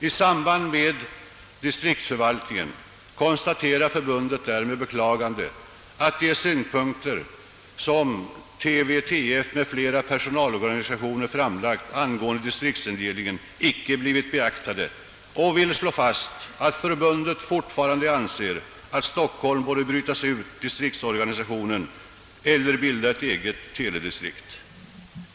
I samband med distriktsförvaltningen konstaterar sistnämnda förbund med beklagande att de synpunkter som förbundet m.fl. personalorganisationer framlagt angående distriktsindelningen icke blivit beaktade och vill slå fast, att förbundet fortfarande anser att Stockholm borde brytas ut ur distriktsorganisationen eller bilda ett eget teledistrikt.